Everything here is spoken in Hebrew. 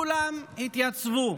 כולם התייצבו.